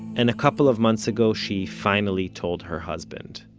and a couple of months ago, she finally told her husband